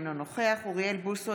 אינו נוכח אוריאל בוסו,